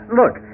look